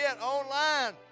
online